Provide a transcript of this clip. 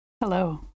hello